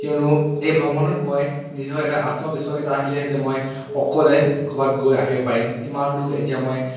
কিয়নো এই ভ্ৰমণত মই নিজৰ এটা আত্মবিশ্বাস এটা আহিলে যে মই অকলে ক'ৰবাত গৈ আহিব পাৰিম ইমান দূৰ এতিয়া মই